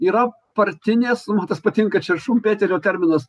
yra partinės man tas patinka čia šunpetrio terminas